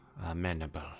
amenable